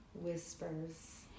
whispers